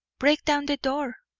break down the door!